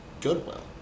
Goodwill